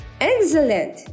Excellent